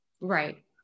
Right